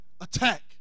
attack